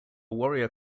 warrior